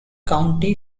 county